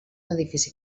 edifici